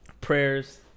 prayers